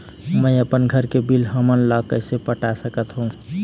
मैं अपन घर के बिल हमन ला कैसे पटाए सकत हो?